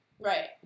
right